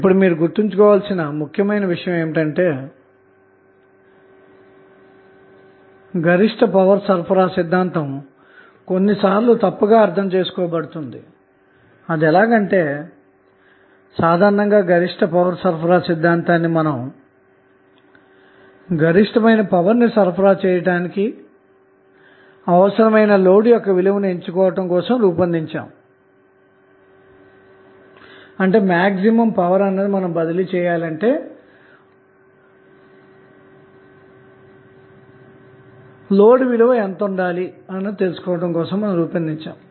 ఇప్పుడు మీరు గుర్తుంచుకోవలసిన మరో ముఖ్యమైన విషయం ఏమిటంటే గరిష్ట పవర్ బదిలీ సిద్ధాంతం కొన్నిసార్లు తప్పుగా అర్థం చేసుకోబడుతుంది అదెలాగంటే సాధారణంగా ఈ సిద్ధాంతాన్ని మనం గరిష్ట పవర్ ని బదిలీ చేయటానికి అవసరమైన లోడ్ విలువ ను కనుక్కోవటం కోసం రూపొందించాము